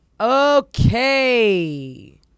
Okay